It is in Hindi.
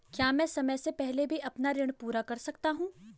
क्या मैं समय से पहले भी अपना ऋण पूरा कर सकता हूँ?